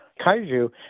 Kaiju